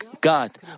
God